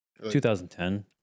2010